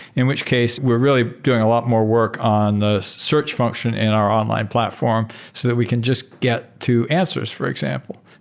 in which case, we're really doing a lot more work on the search function in our online platform so that we can just get to answers, for example.